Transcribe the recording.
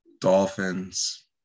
Dolphins